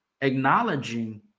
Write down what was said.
acknowledging